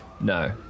No